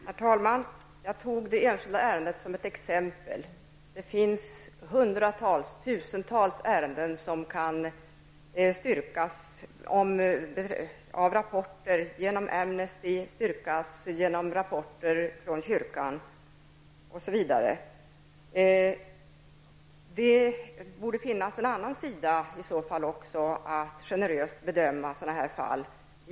Herr talman! Jag tog det enskilda ärendet som ett exempel. Det finns hundratals, tusentals ärenden som kan styrkas av rapporter som kommit genom Amnesty och genom kyrkan. Det borde i sådana här fall i så fall även finnas en annan orsak till en generös bedömning.